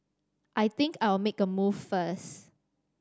I think I'll make a move first